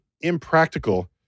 impractical